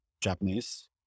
Japanese